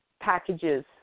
packages